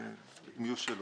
אם יהיו שאלות.